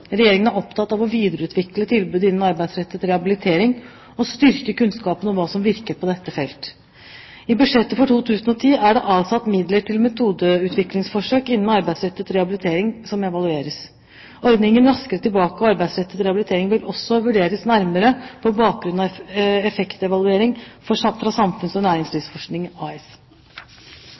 Regjeringen er opptatt av å videreutvikle tilbud innen arbeidsrettet rehabilitering og styrke kunnskapen om hva som virker på dette feltet. I budsjettet for 2010 er det avsatt midler til metodeutviklingsforsøk innen arbeidsrettet rehabilitering som evalueres. Ordningen Raskere tilbake og arbeidsrettet rehabilitering vil også vurderes nærmere på bakgrunn av effektevaluering fra Samfunns- og næringslivsforskning AS.